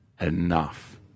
enough